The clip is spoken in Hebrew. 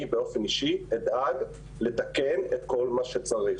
אני באופן אישי אדאג לתקן את כל מה שצריך.